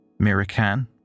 Mirakan